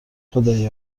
خدای